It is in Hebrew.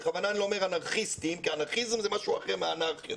בכוונה אני אומר אנרכיסטים כי אנרכיזם זה משהו אחר מאנרכיה,